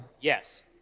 Yes